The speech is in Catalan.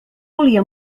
volia